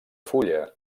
fulla